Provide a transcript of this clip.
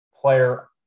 player